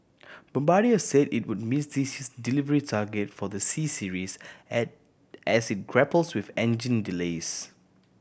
Bombardier say it would miss this delivery target for the C Series as it grapples with engine delays